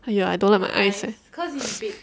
!aiya! I don't like my eyes leh